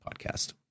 podcast